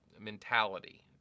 mentality